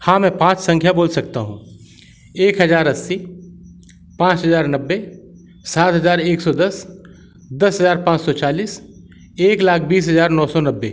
हाँ मैं पाँच संख्या बोल सकता हूँ एक हज़ार अस्सी पाँच हज़ार नब्बे सात हज़ार एक सौ दस दस हज़ार पाँच सौ चालीस एक लाख बीस हज़ार नौ सौ नब्बे